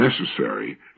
necessary